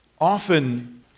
often